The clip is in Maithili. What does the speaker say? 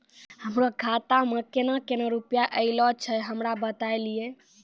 हमरो खाता मे केना केना रुपैया ऐलो छै? हमरा बताय लियै?